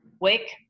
Wake